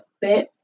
bit